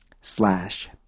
slash